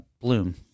Bloom